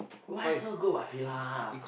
what's so good about F_I_L_A